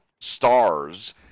stars